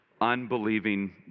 unbelieving